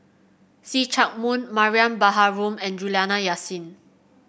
See Chak Mun Mariam Baharom and Juliana Yasin